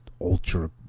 ultra